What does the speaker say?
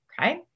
Okay